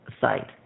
site